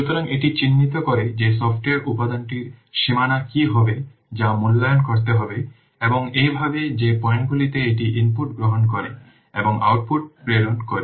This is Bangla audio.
সুতরাং এটি চিহ্নিত করে যে সফ্টওয়্যার উপাদানটির সীমানা কী হবে যা মূল্যায়ন করতে হবে এবং এইভাবে যে পয়েন্টগুলিতে এটি ইনপুট গ্রহণ করে এবং আউটপুট প্রেরণ করে